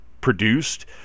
produced